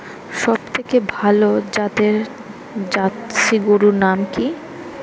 সবথেকে ভালো জাতের জার্সি গরুর নাম কি?